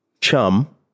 Chum